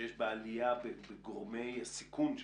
שיש בה עלייה בגורמי הסיכון.